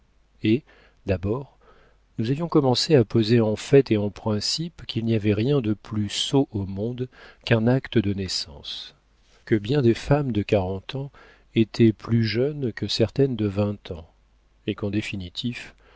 et d'abord nous avions commencé à poser en fait et en principe qu'il n'y avait rien de plus sot au monde qu'un acte de naissance que bien des femmes de quarante ans étaient plus jeunes que certaines femmes de vingt ans et qu'en définitive